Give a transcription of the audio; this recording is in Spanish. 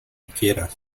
quieras